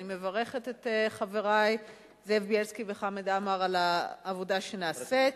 ואני מברכת את חברי זאב בילסקי וחמד עמאר על העבודה שנעשית.